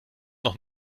noch